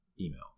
email